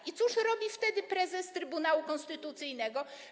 I cóż robi wtedy prezes Trybunału Konstytucyjnego?